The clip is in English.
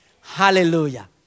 Hallelujah